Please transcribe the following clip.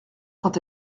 quand